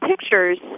pictures